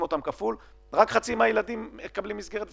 כפול רק חצי מהילדים מקבלים מסגרת?